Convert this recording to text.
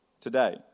today